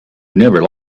never